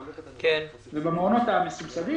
במעונות המסובסדים,